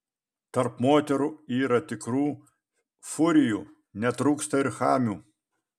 tarp moterų yra tikrų furijų netrūksta ir chamių